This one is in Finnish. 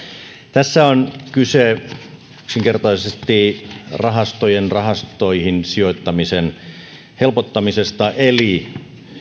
tässä on kyse yksinkertaisesti rahastojen rahastoihin sijoittamisen helpottamisesta eli